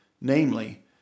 namely